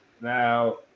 Now